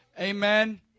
Amen